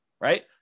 right